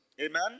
Amen